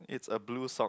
is a blue song